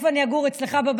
איפה אני אגור, אצלך בבית?